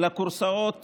לכורסאות